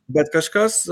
bet kažkas